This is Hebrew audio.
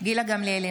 גילה גמליאל,